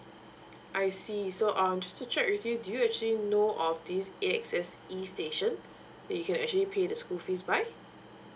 I see so um just to check with you do you actually know of this A_X_S e station that you can actually pay the school fees by